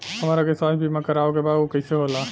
हमरा के स्वास्थ्य बीमा कराए के बा उ कईसे होला?